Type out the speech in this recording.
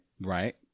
right